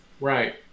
right